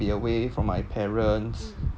be away from my parents